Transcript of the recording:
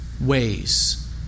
ways